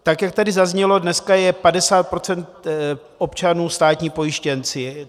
Tak jak tady zaznělo, dneska je 50 % občanů státní pojištěnci.